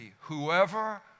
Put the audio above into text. Whoever